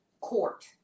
court